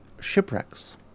shipwrecks